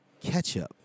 ketchup